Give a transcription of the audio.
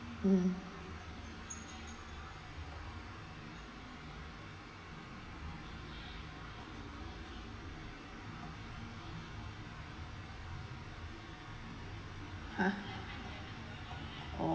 um ha oh